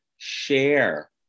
Share